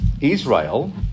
Israel